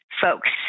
folks